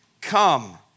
Come